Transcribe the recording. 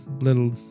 little